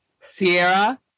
Sierra